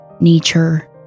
nature